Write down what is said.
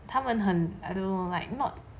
他们很 I don't know like not